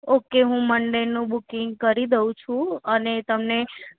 okay હું મન્ડેનું booking કરી દઉં છું અને તમે